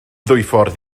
dwyffordd